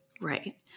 Right